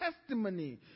testimony